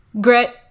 Grit